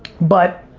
but